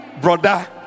brother